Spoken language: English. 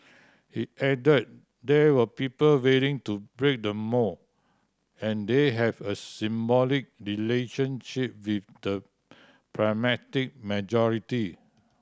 he added there were people willing to break the mould and they had a symbiotic relationship with the pragmatic majority